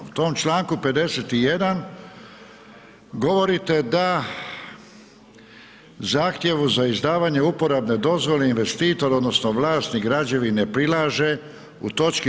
U tom čl. 51. govorite da zahtjevu za izdavanje uporabne dozvole investitor odnosno vlasnik građevine prilaže u toč.